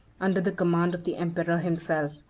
under the command of the emperor himself,